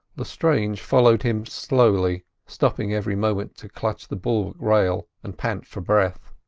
lestrange followed him slowly, stopping every moment to clutch the bulwark rail and pant for breath.